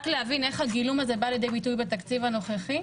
רק להבין איך הגילום הזה בא לידי ביטוי בתקציב הנוכחי.